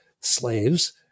slaves